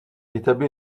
établit